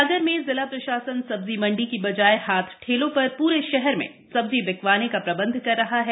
सागर में जिला प्रशासन सब्जी मंडी की बजाय हाथ ठेलों पर प्रे शहर में सब्जी बिकवाने का प्रबंध कर रहा है